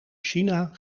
china